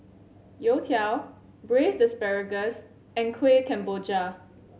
Youtiao Braised Asparagus and Kueh Kemboja